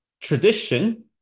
Tradition